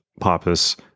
Pappas